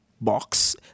box